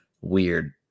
Weird